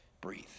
breathe